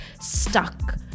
stuck